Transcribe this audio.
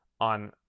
on